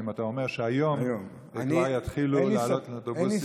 אם אתה אומר שהיום כבר יתחילו להעלות באוטובוסים,